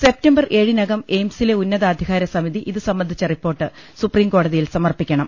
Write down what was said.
September ഏഴിനകം എയിംസിലെ ഉന്നതാധികാര സമിതി ഇതു സംബ ന്ധിച്ച റിപ്പോർട്ട് സുപ്രീംകോടതിയിൽ സമർപ്പിക്കണം